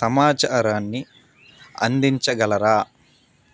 సమాచారాన్ని అందించగలరా